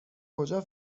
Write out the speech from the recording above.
کجا